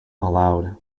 aloud